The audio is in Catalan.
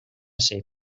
cec